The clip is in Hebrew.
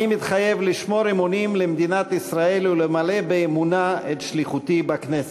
אני מתחייב לשמור אמונים למדינת ישראל ולמלא באמונה את שליחותי בכנסת.